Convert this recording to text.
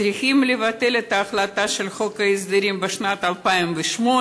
צריכים לבטל את ההחלטה של חוק ההסדרים משנת 2008,